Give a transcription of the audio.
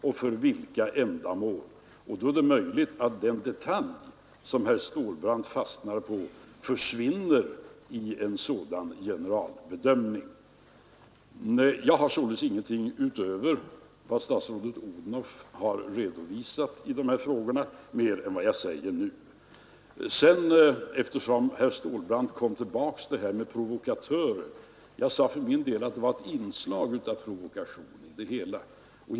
I en sådan generalbedömning är det möjligt att den detalj som herr Stålbrant fastnat på försvinner. Eftersom herr Stålbrant tog upp benämningen ”provokatörer”, vill jag Nr 134 framhålla att jag för min del tidigare sade att det förekommit ett inslag av Torsdagen den provokation i detta sammanhang.